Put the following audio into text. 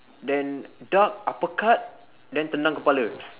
then dark uppercut then tendang kepala